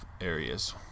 areas